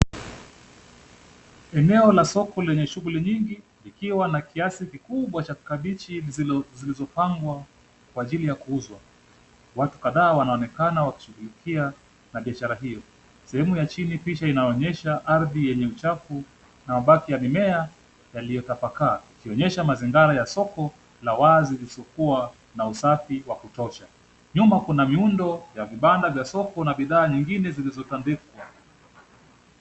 Eneo la soko lenye shughuli nyingi likiwa na kiasi kikubwa cha kabeji zilizopangwa kwa ajili ya kuuzwa. Watu kadhaa wanaonekana wakishughulikia na biashara hiyo. Sehemu ya chini picha inaonyesha ardhi yenye uchafu na mabaki ya mimea yaliyotapakaa ikionyesha mazingara ya soko la wazi lisilokuwa na usafi wa kutosha. Nyuma kuna miundo ya vibanda vya soko na bidhaa nyingine zilizotandikwa.